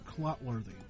Clotworthy